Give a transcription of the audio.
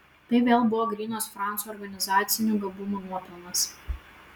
tai vėl buvo grynas franco organizacinių gabumų nuopelnas